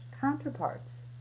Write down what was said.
counterparts